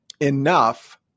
enough